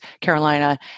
Carolina